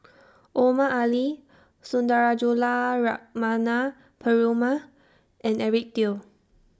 Omar Ali Sundarajulu Lakshmana Perumal and Eric Teo